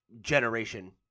generation